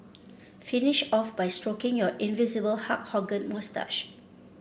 finish off by stroking your invisible Hulk Hogan moustache